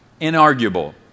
inarguable